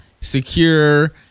secure